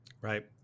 Right